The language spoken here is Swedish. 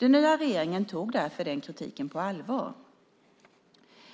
Den nya regeringen tog därför den kritiken på allvar.